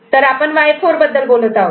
तर आपण Y4 बद्दल बोलत आहोत